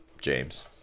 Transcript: James